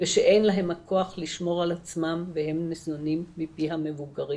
ושאין להם הכוח לשמור על עצמם והם ניזונים מפי המבוגרים.